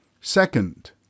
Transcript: Second